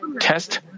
test